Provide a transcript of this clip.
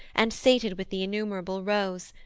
and sated with the innumerable rose,